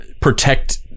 protect